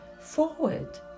forward